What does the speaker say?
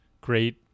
great